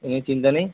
এ নিয়ে চিন্তা নেই